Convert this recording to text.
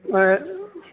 I